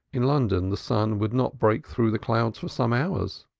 in london the sun would not break through the clouds for some hours.